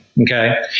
Okay